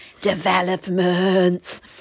developments